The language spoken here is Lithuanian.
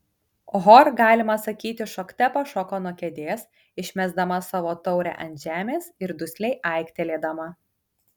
hor galima sakyti šokte pašoko nuo kėdės išmesdama savo taurę ant žemės ir dusliai aiktelėdama